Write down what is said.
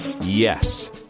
Yes